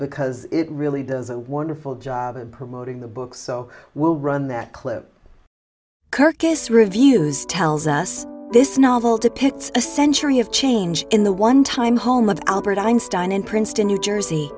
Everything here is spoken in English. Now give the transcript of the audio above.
because it really does a wonderful job of promoting the book so we'll run that clip kirkus reviews tells us this novel depicts a century of change in the one time home of albert einstein in princeton new jersey